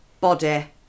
body